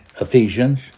Ephesians